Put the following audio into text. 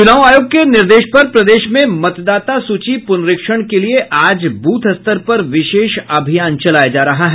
चुनाव आयोग के निर्देश पर प्रदेश में मतदाता सूची पुनरीक्षण के लिये आज ब्रथ स्तर पर विशेष अभियान चलाया जा रहा है